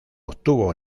obtuvo